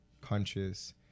conscious